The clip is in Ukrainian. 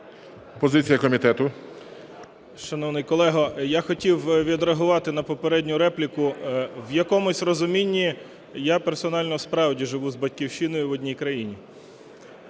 НАТАЛУХА Д.А. Шановний колего, я хотів відреагувати на попередню репліку. В якомусь розумінні я персонально справді живу з "Батьківщиною" в одній країні.